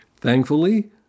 Thankfully